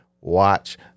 watch